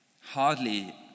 hardly